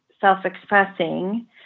self-expressing